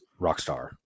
rockstar